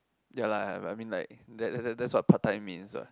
ya lah I mean like that that that's what part time means what